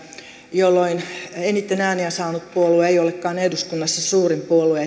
jolloin eniten ääniä saanut puolue ei olekaan eduskunnassa suurin puolue